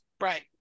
Right